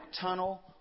tunnel